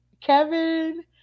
Kevin